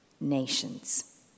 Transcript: nations